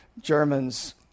Germans